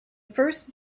first